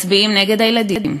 מצביעים נגד הילדים,